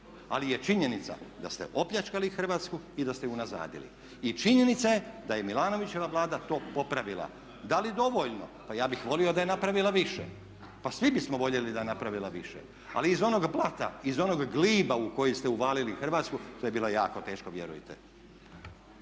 ali je činjenica da ste opljačkali Hrvatsku i da ste je unazadili. I činjenica je da je Milanovićeva vlada to popravila. Da li dovoljno? Pa ja bih volio da je napravila više. Pa svi bismo voljeli da je napravila više. Ali iz onog blata, iz onog gliba u koji ste uvalili Hrvatsku to je bilo jako teško vjerujte.